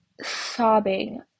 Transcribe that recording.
sobbing